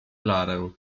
klarę